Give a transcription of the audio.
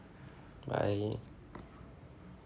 bye